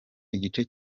igice